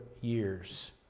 years